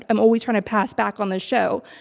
i'm always trying to pass back on the show.